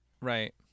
Right